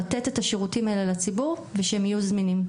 לתת את השירותים האלה לציבור ושהם יהיו זמינים.